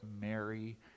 Mary